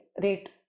rate